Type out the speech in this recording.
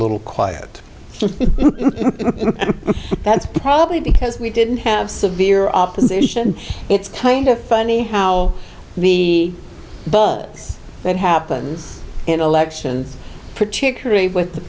little quiet that's probably because we didn't have severe opposition it's kind of funny how the buzz that happens in elections particularly with the